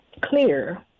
clear